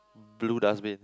blue dustbin